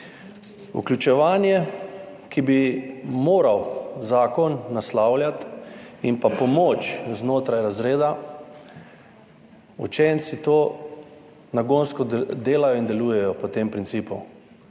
Vključevanje, ki bi ga moral zakon naslavljati, in pa pomoč znotraj razreda – učenci nagonsko delajo in delujejo po tem principu.